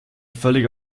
völlig